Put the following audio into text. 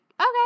okay